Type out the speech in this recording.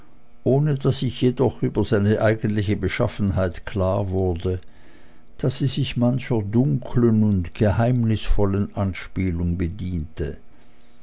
ohne daß ich jedoch über seine eigentliche beschaffenheit klar wurde da sie sich mancher dunklen und geheimnisvollen anspielung bediente